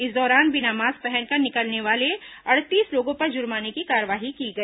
इस दौरान बिना मास्क पहनकर निकलने वाले अड़तीस लोगों पर जुर्माने की कार्रवाई की गई